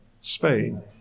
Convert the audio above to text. Spain